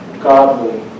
godly